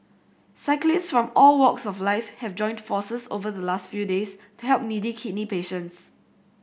cyclists from all walks of life have joined forces over the last few days to help needy kidney patients